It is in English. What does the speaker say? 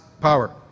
power